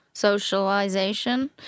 socialization